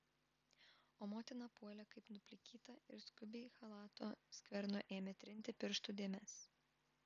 o motina puolė kaip nuplikyta ir skubiai chalato skvernu ėmė trinti pirštų dėmes